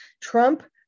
Trump